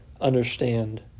understand